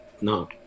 No